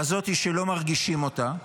כזאת שלא מרגישים אותה,